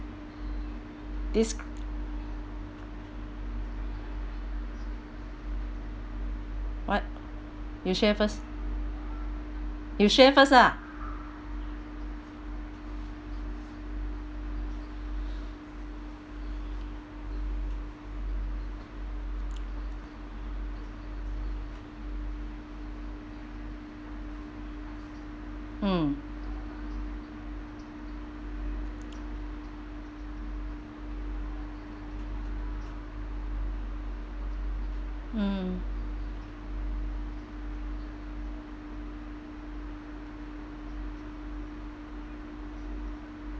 des~ what you share first you share first lah mm mm